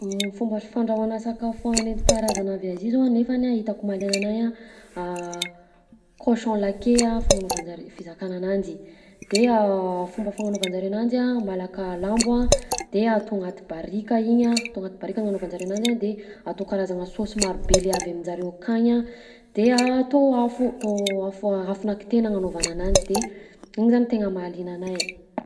Fomba fandrahoana sakafo a nentim-paharazana avy Azia zao nefany a hitako mahaliana anahy a: cochon laqué fagnanaovan'jare fizakana ananjy; de fomba fagnanaovan'jareo ananjy a malaka lambo a de atao agnaty barika igny a, atao agnaty barika agnanaovan'jare ananjy a, de atao karazagna saosy marobe le avy amin'jareo akagny a, de atao afo atao afo- afonà kitay ny agnanaovana ananjy, de igny zany tegna mahaliana anahy.